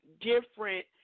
different